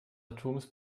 atoms